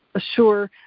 assure